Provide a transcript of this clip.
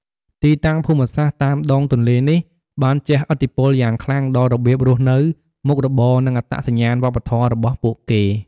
ទីតាំងភូមិសាស្ត្រតាមដងទន្លេនេះបានជះឥទ្ធិពលយ៉ាងខ្លាំងដល់របៀបរស់នៅ មុខរបរ និងអត្តសញ្ញាណវប្បធម៌របស់ពួកគេ។